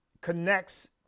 connects